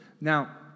Now